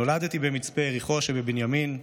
נולדתי במצפה יריחו שבבנימין.